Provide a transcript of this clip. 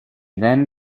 then